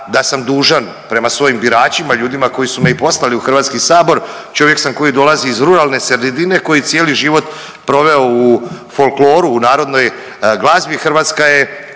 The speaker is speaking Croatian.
da sam dužan prema svojim biračima, ljudima koji su me i poslali u HS. Čovjek sam koji dolazi iz ruralne sredine, koji cijeli život proveo u folkloru u narodnoj glazbi, Hrvatska je